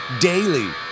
daily